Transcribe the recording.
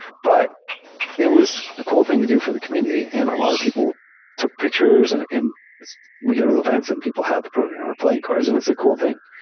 but it was a cool thing to do for the community and a lot of people took pictures and and we go to events and people have programmer playing cards, and it's a cool thing.